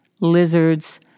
lizards